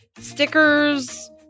stickers